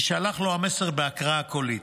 יישלח לו המסר בהקראה קולית,